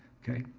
okay?